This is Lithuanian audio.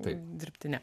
taip dirbtinė